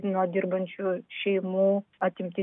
nuo dirbančių šeimų atimti